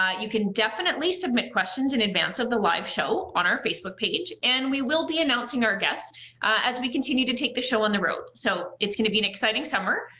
you can definitely submit questions in advance of the live show on our facebook page, and we will be announcing our guests as we continue to take the show on the road, so it's gonna be an exciting summer,